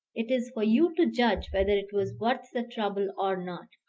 it is for you to judge whether it was worth the trouble or not.